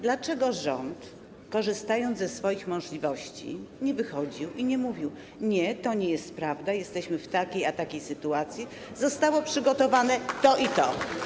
Dlaczego rząd, korzystając ze swoich możliwości, nie wychodził i nie mówił: nie, to nie jest prawda, jesteśmy w takiej a takiej sytuacji, zostało przygotowane to i to.